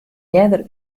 earder